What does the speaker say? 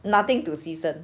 nothing to 牺牲